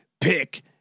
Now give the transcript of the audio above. Pick